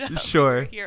sure